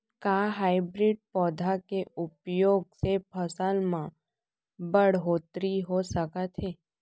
का हाइब्रिड पौधा के उपयोग से फसल म बढ़होत्तरी हो सकत हे?